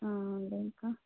ఉంది ఇంకా